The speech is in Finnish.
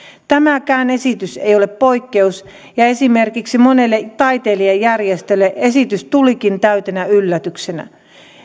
tämäkään esitys ei ole poikkeus ja esimerkiksi monelle taiteilijajärjestölle esitys tulikin täytenä yllätyksenä